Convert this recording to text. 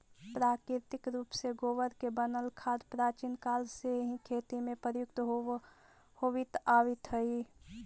प्राकृतिक रूप से गोबर से बनल खाद प्राचीन काल से ही खेती में प्रयुक्त होवित आवित हई